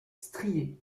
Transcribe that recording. striée